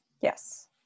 Yes